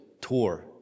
tour